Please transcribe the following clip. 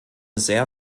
sehr